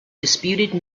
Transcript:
disputed